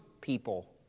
people